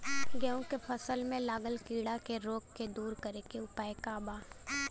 गेहूँ के फसल में लागल कीड़ा के रोग के दूर करे के उपाय का बा?